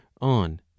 on